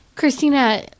Christina